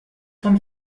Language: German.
von